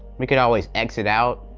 we could always exit out,